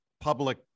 public